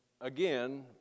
again